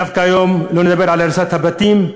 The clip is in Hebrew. דווקא היום לא נדבר על הריסת הבתים,